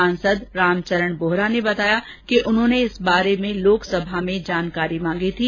सांसद रामचरण बोहरा ने बताया कि उन्होंने इस बारे में लोकसभा में जानकारी मांगी थी